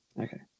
Okay